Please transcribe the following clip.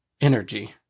energy